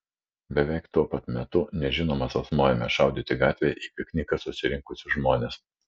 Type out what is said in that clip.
beveik tuo pat metu nežinomas asmuo ėmė šaudyti gatvėje į pikniką susirinkusius žmones